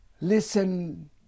Listen